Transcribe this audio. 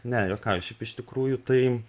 ne juokauju šiaip iš tikrųjų tai